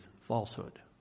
falsehood